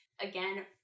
Again